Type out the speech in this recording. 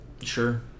sure